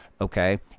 okay